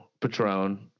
Patron